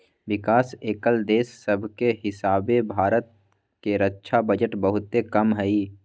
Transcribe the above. विकास कएल देश सभके हीसाबे भारत के रक्षा बजट बहुते कम हइ